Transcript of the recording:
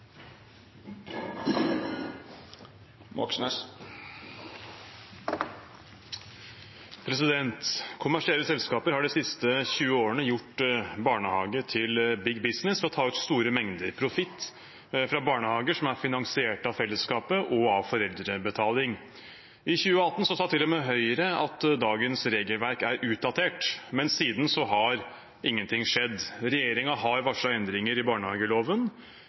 Kommersielle selskaper har de siste 20 årene gjort barnehage til big business ved å ta ut store mengder profitt fra barnehager som er finansiert av fellesskapet og av foreldrebetaling. I 2018 sa til og med Høyre at dagens regelverk er utdatert, men siden har ingenting skjedd. Regjeringen har varslet endringer i barnehageloven.